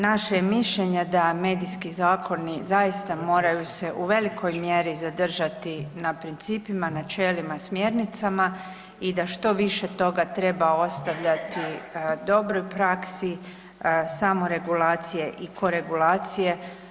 Naše je mišljenje da medijski zakoni zaista moraju se u velikoj mjeri zadržati na principima, načelima i smjernicama i da što više toga treba ostavljati dobroj praksi samoregulacije i koregulacije.